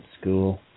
school